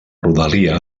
rodalia